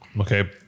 Okay